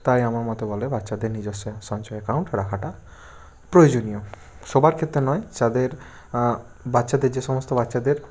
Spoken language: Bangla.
তাই আমার মতে বলে বাচ্চাদের নিজস্ব সঞ্চয় অ্যাকাউন্ট রাখাটা প্রয়োজনীয় সবার ক্ষেত্রে নয় যাদের বাচ্চাদের যে সমস্ত বাচ্চাদের